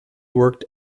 worked